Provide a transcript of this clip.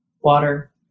water